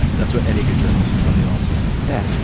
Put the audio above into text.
that's what any good journalist will tell you, also. yeah.